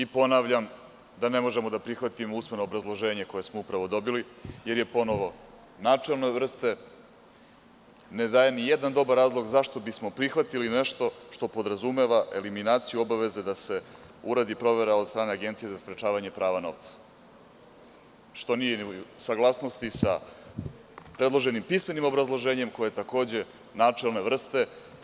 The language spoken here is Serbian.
Ponavljam da ne možemo da prihvatimo usmeno obrazloženje koje smo upravo dobili, jer je načelne vrste i ne daje nijedan dobar razlog zašto bismo prihvatili nešto što podrazumeva eliminaciju obaveze da se uradi provera od strane Agencije za sprečavanje pranja novca, što nije u saglasnosti sa predloženim pismenim obrazloženjem, koje je takođe načelne vrste.